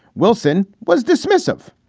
wilson was dismissive.